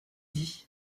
dit